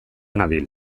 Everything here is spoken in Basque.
nabil